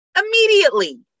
Immediately